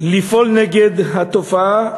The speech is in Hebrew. לפעול נגד התופעה.